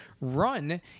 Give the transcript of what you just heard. run